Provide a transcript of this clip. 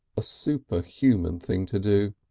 a superhuman thing to do.